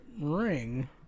ring